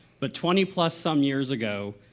but twenty plus some years ago,